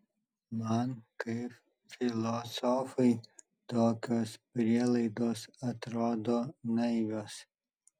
man kaip filosofui tokios prielaidos atrodo naivios